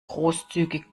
großzügig